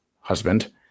husband